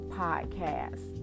podcast